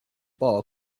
bar